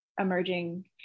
emerging